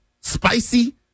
spicy